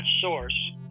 source